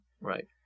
Right